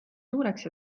suureks